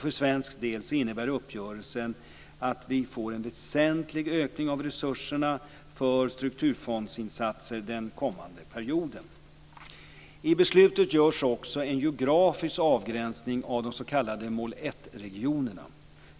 För svensk del innebär uppgörelsen att vi får en väsentlig ökning av resurserna för strukturfondsinsatser den kommande perioden. I beslutet görs också en geografisk avgränsning av de s.k. mål 1-regionerna.